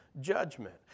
judgment